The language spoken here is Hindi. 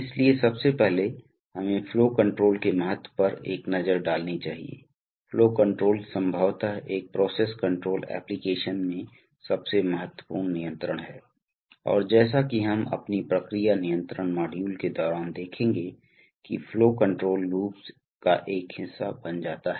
इसलिए सबसे पहले हमें फ्लो कंट्रोल के महत्व पर एक नजर डालनी चाहिए फ्लो कंट्रोल संभवतः एक प्रोसेस कंट्रोल एप्लिकेशन में सबसे महत्वपूर्ण नियंत्रण है और जैसा कि हम अपनी प्रक्रिया नियंत्रण मॉड्यूल के दौरान देखेंगे कि फ्लो कंट्रोल लूप्स का एक हिस्सा बन जाता है